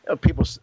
People